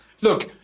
look